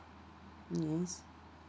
yes